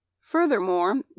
furthermore